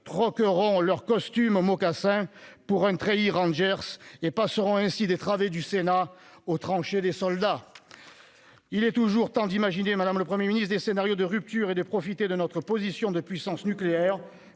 troqueront leur costume et leurs mocassins contre un treillis et des rangers, et passeront ainsi des travées du Sénat aux tranchées des soldats ! Il est toujours temps d'imaginer, madame le Premier ministre, des scénarios de rupture et de profiter de notre position de puissance nucléaire